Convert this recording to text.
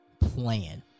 plan